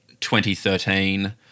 2013